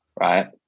right